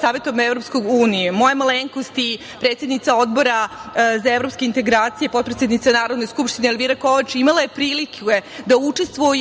savetom Evropske unije, moja malenkost i predsednica Odbora za evropske integracije, potpredsednica Narodne skupštine, Elvira Kovač imala je prilike da učestvuje